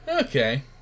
Okay